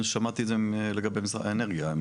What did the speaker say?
שמעתי את זה לגבי משרד האנרגיה.